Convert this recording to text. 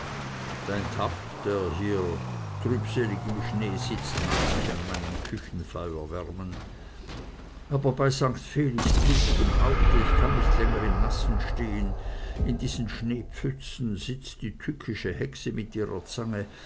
der hier trübselig im schnee sitzt mag sich an meinem küchenfeuer wärmen aber bei st felix blutigem haupte ich kann nicht länger im nassen stehen in diesen schneepfützen sitzt die tückische hexe mit ihrer zange